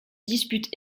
disputent